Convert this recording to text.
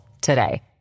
today